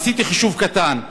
עשיתי חישוב קטן: